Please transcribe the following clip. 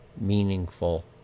meaningful